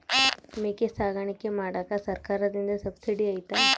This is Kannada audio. ಮೇಕೆ ಸಾಕಾಣಿಕೆ ಮಾಡಾಕ ಸರ್ಕಾರದಿಂದ ಸಬ್ಸಿಡಿ ಐತಾ?